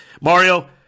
Mario